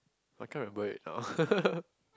I can't remember it now